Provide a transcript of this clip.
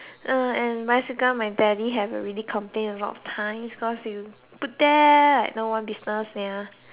uh and bicycle my daddy have already complained a lot of times because like you pretend like no one business ya